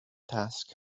task